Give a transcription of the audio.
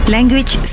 Language